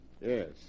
Yes